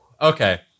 Okay